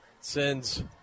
sends